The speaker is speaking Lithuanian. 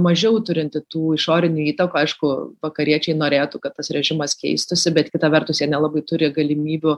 mažiau turinti tų išorinių įtakų aišku vakariečiai norėtų kad tas režimas keistųsi bet kita vertus jie nelabai turi galimybių